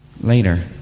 Later